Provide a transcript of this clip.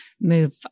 move